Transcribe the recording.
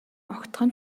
огтхон